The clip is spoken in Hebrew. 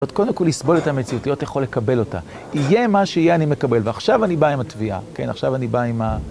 עוד קודם כל לסבול את המציאות, להיות יכול לקבל אותה. יהיה מה שיהיה אני מקבל, ועכשיו אני בא עם התביעה. כן, עכשיו אני בא עם ה...